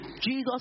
Jesus